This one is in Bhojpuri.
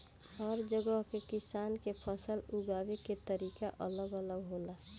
हर जगह के किसान के फसल उगावे के तरीका अलग अलग होला